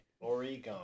Oregon